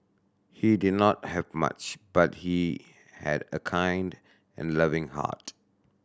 he did not have much but he had a kind and loving heart